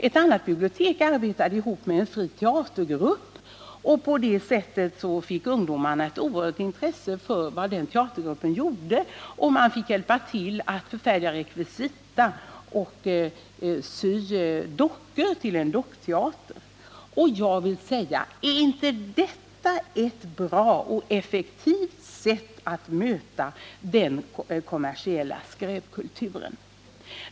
Ett annat bibliotek arbetade ihop med en fri teatergrupp, och på det sättet fick ungdomarna ett oerhört intresse för vad teatergruppen gjorde. De fick hjälpa till att förfärdiga rekvisitan och sy dockor till dockteater. Är inte detta bra och effektiva sätt, att möta den kommersiella skräpkulturen?